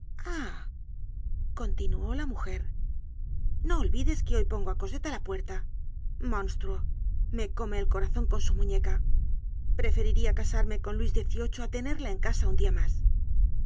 continuó la mujer no olvides que hoy pongo á cosette á la puerta monstruo me come el corazon con su muñeca preferirla casarme con luis xviii á tenerla en casa un dia mas